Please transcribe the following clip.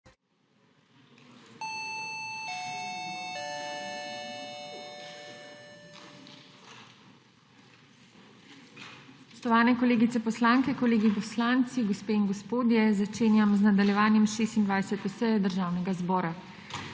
Spoštovani kolegice poslanke, kolegi poslanci, gospe in gospodje! Začenjam z nadaljevanjem 26. seje Državnega zbora.